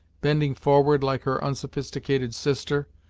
bending forward like her unsophisticated sister,